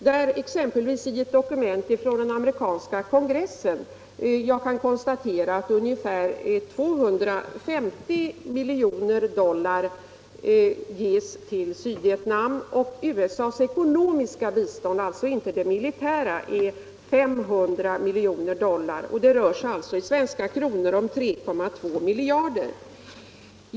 Jag kan exempelvis i ett dokument från den amerikanska kongressen konstatera att ungefär 250 milj. dollar ges till regeringen i Saigon, och USA:s ekonomiska bistånd —- alltså inte det militära — är 500 milj. dollar. Det rör sig i svenska kronor om 3,2 miljarder.